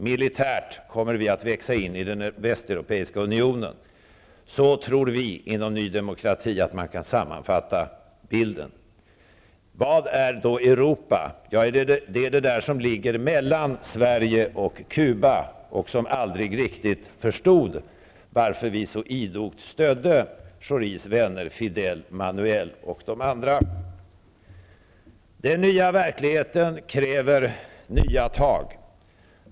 Militärt kommer vi att växa in i den västeuropeiska unionen. Så tror vi inom Ny Demokrati att man kan sammanfatta bilden. Vad är då Europa? Jo, det är det där som ligger mellan Sverige och Cuba och som aldrig riktigt förstod varför vi så idogt stödde Schoris vänner Den nya verkligheten kräver nya tag.